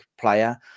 player